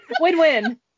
Win-win